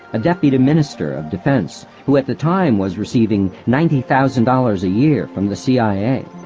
a deputy minister of defence, who at the time was receiving ninety thousand dollars a year from the cia.